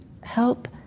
help